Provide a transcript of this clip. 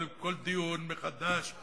כל טיעון מחדש,